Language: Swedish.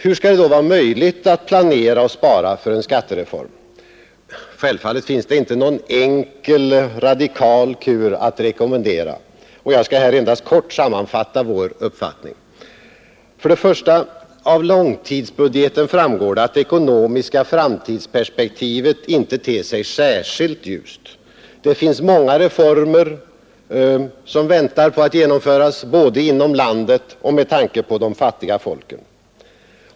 Hur skall det då vara möjligt att planera och spara för en skattereform? Självfallet finns det inte någon enkel radikal kur att rekommendera. Jag skall här endast kort sammanfatta vår uppfattning. 1. Av långtidsbudgeten framgår det att det ekonomiska framtidsperspektivet inte ter sig särskilt ljust. Det finns många reformer som väntar på att genomföras både inom landet och med tanke på de fattiga folken.